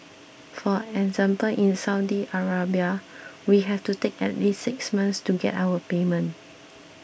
for example in Saudi Arabia we have to take at least six months to get our payment